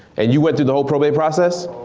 and you went through the whole probate process?